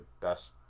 best